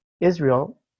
Israel